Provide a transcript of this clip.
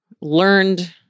learned